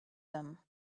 them